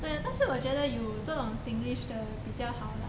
对啊但是我觉得有这种 singlish 的比较好啦